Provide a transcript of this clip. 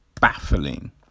baffling